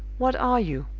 what are you?